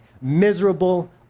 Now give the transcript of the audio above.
miserable